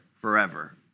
forever